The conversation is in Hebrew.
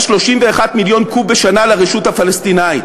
31 מיליון קוב בשנה לרשות הפלסטינית.